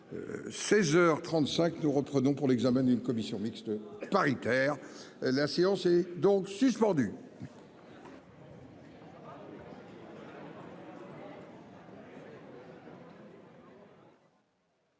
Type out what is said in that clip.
16h. 35. Nous reprenons pour l'examen d'une commission mixte paritaire. La séance est donc suspendu.